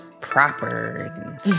proper